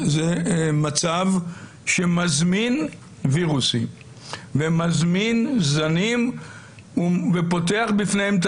זה מצב שמזמין וירוסים ומזמין זנים ופותח בפניהם את